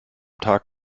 tag